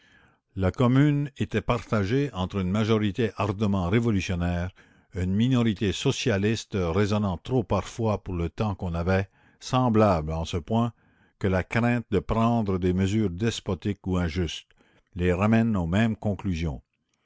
la commune était partagée entre une majorité ardemment révolutionnaire une minorité socialiste raisonnant trop parfois pour le temps qu'on avait semblables en ce point que la crainte de prendre des mesures despotiques ou injustes les ramènent aux mêmes conclusions